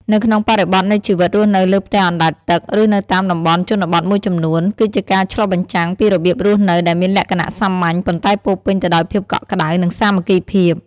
នៅក្នុងបរិបទនៃជីវិតរស់នៅលើផ្ទះអណ្ដែតទឹក ឬនៅតាមតំបន់ជនបទមួយចំនួន គឺជាការឆ្លុះបញ្ចាំងពីរបៀបរស់នៅដែលមានលក្ខណៈសាមញ្ញ ប៉ុន្តែពោរពេញទៅដោយភាពកក់ក្ដៅ និងសាមគ្គីភាព។